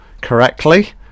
correctly